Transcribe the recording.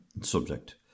subject